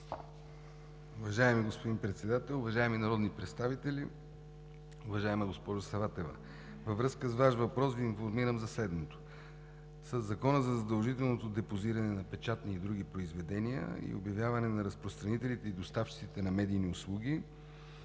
Уважаеми господин Председател, уважаеми народни представители! Уважаема госпожо Саватева, във връзка с Вашия въпрос Ви информирам за следното: със Закона за задължителното депозиране на печатни и други произведения и обявяване на разпространителите и доставчиците на медийни услуги